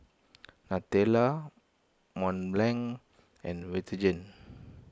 Nutella Mont Blanc and Vitagen